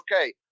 okay